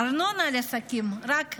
הארנונה לעסקים רק גדלה.